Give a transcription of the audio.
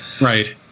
Right